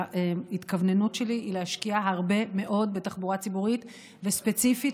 ההתכווננות שלי היא להשקיע הרבה מאוד בתחבורה ציבורית וספציפית